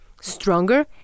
stronger